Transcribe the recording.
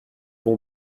bon